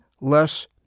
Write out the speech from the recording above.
less